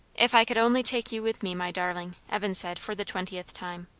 if i could only take you with me, my darling! evan said for the twentieth time.